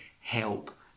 help